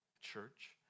church